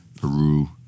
Peru